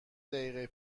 دقیقه